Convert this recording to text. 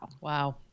wow